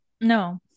No